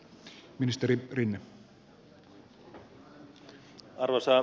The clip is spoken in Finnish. arvoisa puhemies